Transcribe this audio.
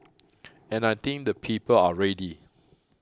and I think the people are ready